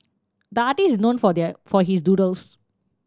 the artist is known for their for his doodles